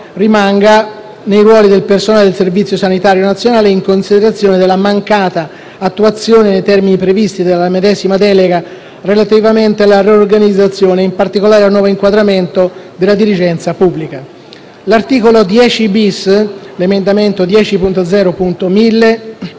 rimanga nei ruoli del personale del Servizio sanitario nazionale, in considerazione della mancata attuazione, nei termini previsti dalla medesima, della delega relativa alla riorganizzazione e, in particolare, al nuovo inquadramento della dirigenza pubblica. L'articolo 10*-bis* (emendamento 10.0.1000)